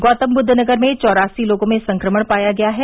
गौतमबद्ध नगर में चौरासी लोगों में संक्रमण पाया गया है